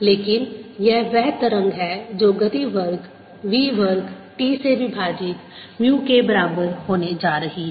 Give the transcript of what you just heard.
लेकिन यह वह तरंग है जो गति वर्ग v वर्ग T से विभाजित म्यू के बराबर होने जा रही है